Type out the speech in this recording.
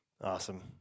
Awesome